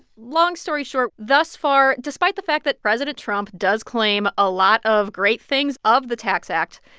long story short, thus far, despite the fact that president trump does claim a lot of great things of the tax act,